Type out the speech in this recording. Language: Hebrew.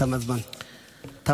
כמה זמן?